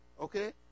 Okay